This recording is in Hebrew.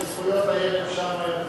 זכויות הילד, שם יותר טוב.